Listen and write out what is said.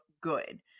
good